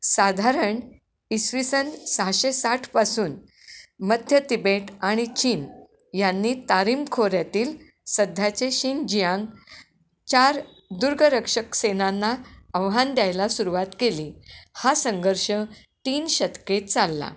साधारण इसवी सन सहाशे साठपासून मध्य तिबेट आणि चीन यांनी तारीम खोऱ्यातील सध्याचे शिनजियांग चार दुर्गरक्षक सेनांना आव्हान द्यायला सुरुवात केली हा संघर्ष तीन शतके चालला